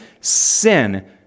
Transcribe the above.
sin